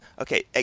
okay